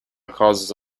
cause